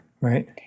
Right